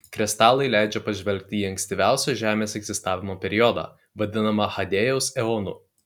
kristalai leidžia pažvelgti į ankstyviausią žemės egzistavimo periodą vadinamą hadėjaus eonu